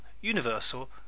universal